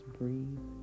breathe